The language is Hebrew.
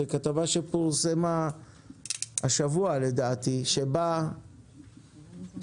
זו כתבה שפורסמה השבוע לדעתי שבה 75%